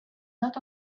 not